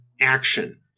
action